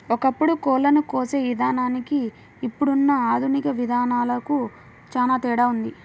ఒకప్పుడు కోళ్ళను కోసే విధానానికి ఇప్పుడున్న ఆధునిక విధానాలకు చానా తేడా ఉంది